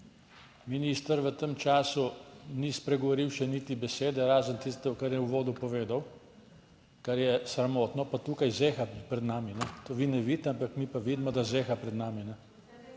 minister v tem času ni spregovoril še niti besede, razen tisto kar je v uvodu povedal, kar je sramotno, pa tukaj zeha pred nami, To vi ne vidite, ampak mi pa vidimo, da zeha pred nami,